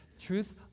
truth